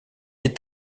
est